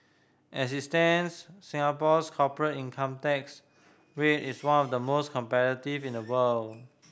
as it stands Singapore's corporate income tax rate is one of the most competitive in the world